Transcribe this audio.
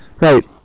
Right